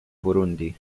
burundi